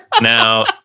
Now